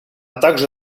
также